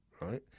right